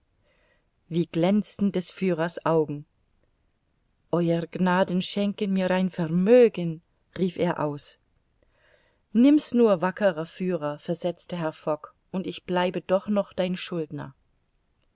wie glänzten des führers augen ew gnaden schenken mir ein vermögen rief er aus nimm's nur wackerer führer versetzte herr fogg und ich bleibe doch noch dein schuldner